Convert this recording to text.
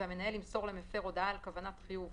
והמנהל ימסור למפר הודעה על כוונת חיוב